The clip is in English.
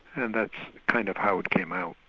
and that's kind of how it came out.